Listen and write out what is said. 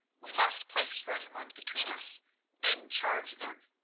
we must place rosamund between us and charge them.